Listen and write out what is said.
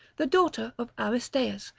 the daughter of aristaeus,